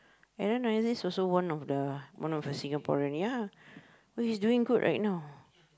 Aaron-Aziz also one of the one of the Singaporean ya but he's doing good right now